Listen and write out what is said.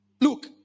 Look